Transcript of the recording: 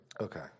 Okay